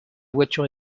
voiture